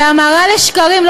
בהמרה לשקלים, אמרת את זה.